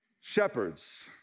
shepherds